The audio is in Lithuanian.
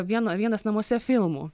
vieno vienas namuose filmų